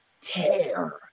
tear